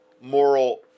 moral